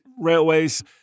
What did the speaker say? railways